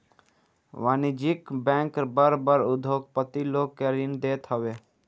वाणिज्यिक बैंक बड़ बड़ उद्योगपति लोग के ऋण देत हवे